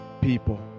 people